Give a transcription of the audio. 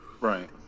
right